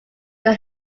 got